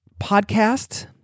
podcast